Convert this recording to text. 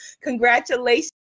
Congratulations